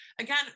again